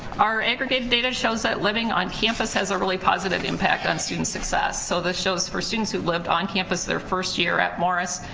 our aggregate data shows that living on campus has a really positive impact on student success. so this shows for students who've lived on campus their first year at morris,